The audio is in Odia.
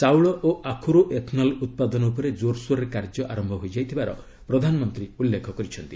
ଚାଉଳ ଓ ଆଖୁରୁ ଏଥନଲ୍ ଉତ୍ପାଦନ ଉପରେ କୋରସୋରରେ କାର୍ଯ୍ୟ ଆରମ୍ଭ ହୋଇଯାଇଥିବାର ପ୍ରଧାନମନ୍ତ୍ରୀ ଉଲ୍ଲେଖ କରିଛନ୍ତି